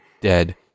Dead